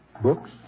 Books